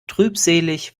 trübselig